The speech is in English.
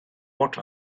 what